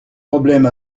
problème